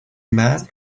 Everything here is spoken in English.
man